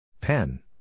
Pen